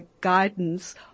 guidance